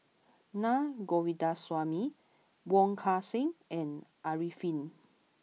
Naa Govindasamy Wong Kan Seng and Arifin